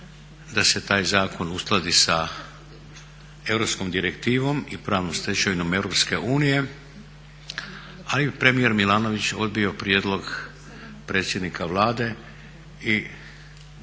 da se taj zakon uskladi sa europskom direktivom i pravnom stečevinom Europske unije, ali je premijer Milanović odbio prijedlog ministra pravosuđa i